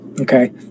Okay